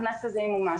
הקנס הזה ימומש.